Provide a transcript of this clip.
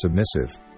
submissive